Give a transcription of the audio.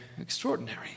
extraordinary